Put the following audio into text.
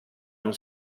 non